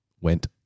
Went